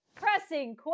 pressing